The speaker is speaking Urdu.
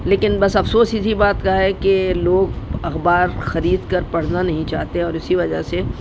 لیکن بس افسوس اسی بات کا ہے کہ لوگ اخبار خرید کر پڑھنا نہیں چاہتے اور اسی وجہ سے